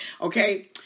Okay